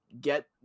get